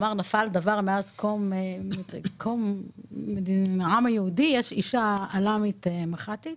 אמר שנפל דבר מאז קום העם היהודי בכך שיש אישה אל"מית מח"טית